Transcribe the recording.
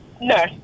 No